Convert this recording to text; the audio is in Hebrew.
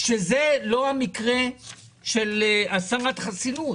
שזה לא המקרה של הסרת חסינות,